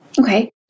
Okay